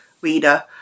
reader